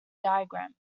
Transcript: diagram